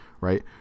right